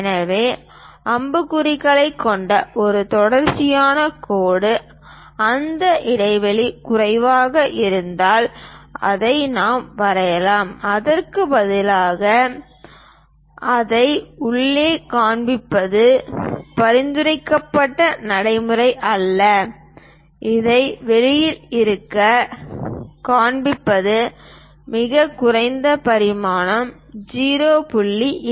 எனவே அம்புக்குறிகளைக் கொண்ட ஒரு தொடர்ச்சியான கோடு அந்த இடைவெளி குறைவாக இருந்தால் அதை நாம் வரையலாம் அதற்குப் பதிலாக அதை உள்ளே காண்பிப்பது பரிந்துரைக்கப்பட்ட நடைமுறை அல்ல இதை வெளியில் இருந்து காண்பிப்பது இது மிகக் குறைந்த பரிமாணம் 0